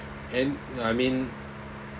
and I mean